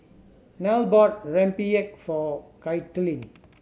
Nelle bought rempeyek for Kaitlin